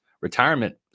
retirement